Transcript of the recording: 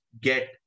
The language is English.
get